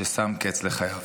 ששם קץ לחייו.